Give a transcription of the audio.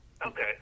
Okay